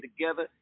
together